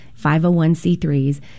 501c3s